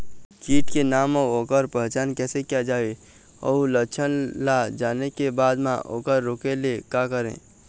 कीट के नाम अउ ओकर पहचान कैसे किया जावे अउ लक्षण ला जाने के बाद मा ओकर रोके ले का करें?